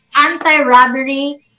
anti-robbery